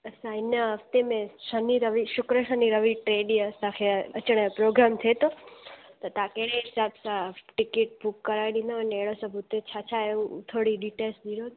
असां इन हफ़्ते में शनि रवि शुक्र शनि रवि टे ॾींहं असांखे अचण जो प्रोग्राम थिए थो त तव्हां कहिड़े हिसाब सां टिकट बुक कराए ॾींदव अने अहिड़ो सभु उते छा छा आहे उहो थोरी डिटेल्स ॾिजो